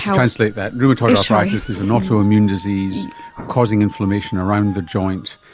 translate that, rheumatoid arthritis is an autoimmune disease causing inflammation around the joint,